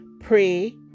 pray